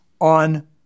on